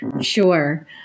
Sure